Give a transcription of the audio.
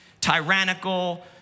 tyrannical